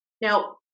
Now